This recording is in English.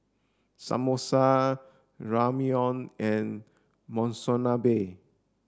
Samosa Ramyeon and Monsunabe